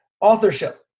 Authorship